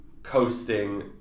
coasting